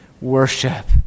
worship